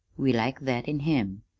we liked that in him.